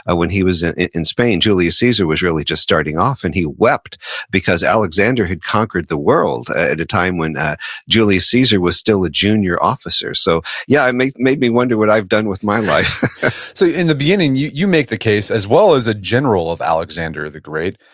ah when he was in spain. julius caesar was really just starting off and he wept because alexander had conquered the world at a time when ah julius caesar was still a junior officer. so, yeah, it made me wonder what i've done with my life so in the beginning, you you make the case, as well as a general of alexander the great,